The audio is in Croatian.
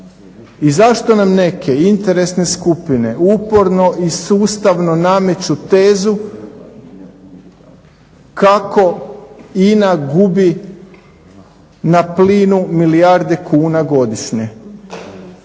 I zašto nam neke interesne skupine uporno i sustavno nameću tezu kako INA gubi na plinu milijarde kuna godišnje